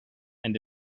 and